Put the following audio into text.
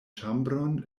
ĉambron